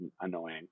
annoying